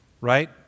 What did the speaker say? Right